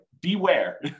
beware